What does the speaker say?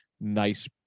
nice